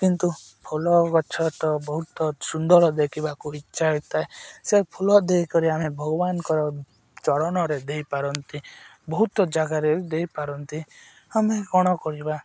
କିନ୍ତୁ ଫୁଲ ଗଛ ତ ବହୁତ ସୁନ୍ଦର ଦେଖିବାକୁ ଇଚ୍ଛା ହୋଇଥାଏ ସେ ଫୁଲ ଦେଇକରି ଆମେ ଭଗବାନଙ୍କର ଚରଣରେ ଦେଇପାରନ୍ତି ବହୁତ ଜାଗାରେ ଦେଇପାରନ୍ତି ଆମେ କ'ଣ କରିବା